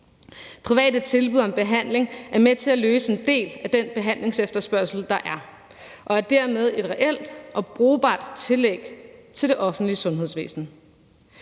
Private tilbud om behandling er med til at løse en del af den behandlingsefterspørgsel, der er, og det er dermed et reelt og brugbart tillæg til det offentlige sundhedsvæsen.